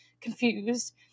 confused